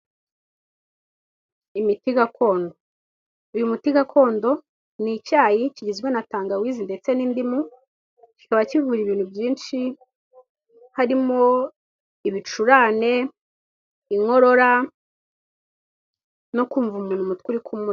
Imiti gakondo, uyu muti gakondo ni icyayi kigizwe na tangawizi ndetse n'indimu kikaba kivuga ibintu byinshi harimo: ibicurane, inkorora no kumva umuntu Umutwe uri kumujya.